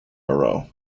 moreau